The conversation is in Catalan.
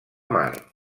mar